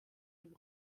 dem